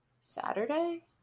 Saturday